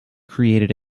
created